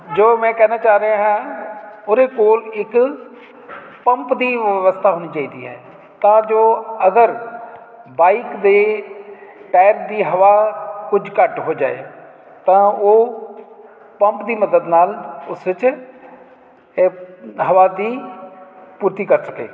ਜੋ ਮੈਂ ਕਹਿਣਾ ਚਾਅ ਰਿਹਾ ਉਹਦੇ ਕੋਲ ਇੱਕ ਪੰਪ ਦੀ ਵਿਵਸਥਾ ਹੋਣੀ ਚਾਹੀਦੀ ਆ ਤਾਂ ਜੋ ਅਗਰ ਬਾਈਕ ਦੇ ਟੈਰ ਦੀ ਹਵਾ ਕੁਝ ਘੱਟ ਹੋ ਜਾਵੇ ਤਾਂ ਉਹ ਪੰਪ ਦੀ ਮਦਦ ਨਾਲ ਉਸ ਵਿੱਚ ਏ ਹਵਾ ਦੀ ਪੂਰਤੀ ਕਰ ਸਕੇ